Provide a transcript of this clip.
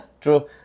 true